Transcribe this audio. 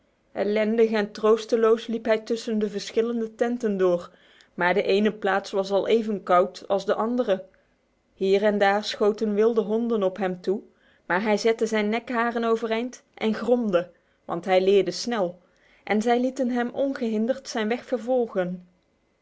ellendig en troosteloos liep hij tussen de verschillende tenten door maar de ene plaats was al even koud als de andere hier en daar schoten wilde honden op hem toe maar hij zette zijn nekharen overeind en gromde want hij leerde snel en zij lieten hem ongehinderd zijn weg vervolgen